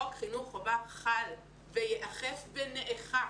חוק חינוך חובה חל ,וייאכף, ונאכף.